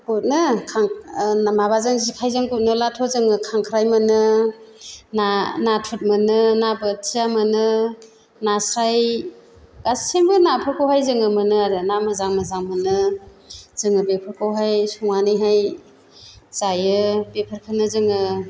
गुदनो माबाजों जेखायजों गुदनोलाथ' जोङो खांख्राय मोनो ना नाथुर मोनो ना बोथिया मोनो नास्राय गासिबो ना फोरखौहाय जों मोनो आरो ना मोजां मोजां मोनो जों बेफोरखौहाय संनानैहाय जायो बेफोरखौनो जोङो